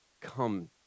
come